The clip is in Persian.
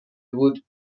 بود